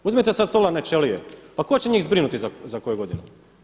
Uzmite sada solarne čelije, pa tko će njih zbrinuti za koju godinu?